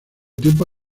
tiempo